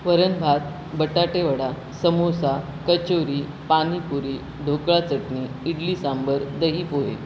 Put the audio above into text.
वरण भात बटाटे वडा समोसा कचोरी पाणीपुरी ढोकळा चटणी इडली सांबार दही पोहे